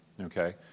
okay